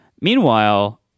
Meanwhile